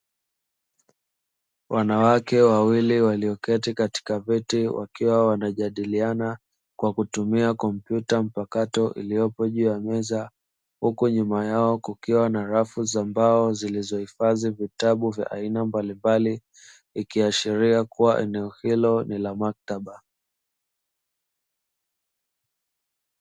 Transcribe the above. Wanawake wawili walioketi katika viti, wakiwa wanajadiliana kwa kutumia kompyuta mpakato iliyopo juu ya meza, huku nyuma yao kukiwa na rafu za mbao zilizohifadhi vitabu vya aina mbalimbali, ikiashiria kuwa eneo hilo ni la maktaba.